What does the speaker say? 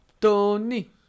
Tony